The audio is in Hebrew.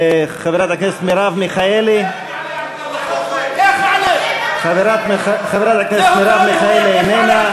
זה הוצאה להורג, חברת הכנסת מרב מיכאלי, איננה,